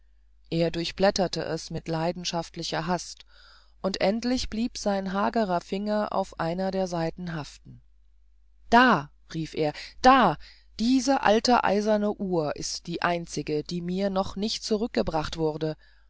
er durchblätterte es mit leidenschaftlicher hast und endlich blieb sein hagerer finger auf einer der seiten haften da rief er da diese alte eiserne uhr ist die einzige die mir noch nicht zurückgebracht wurde